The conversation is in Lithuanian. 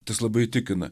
tas labai įtikina